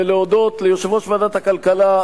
ולהודות ליושב-ראש ועדת הכלכלה,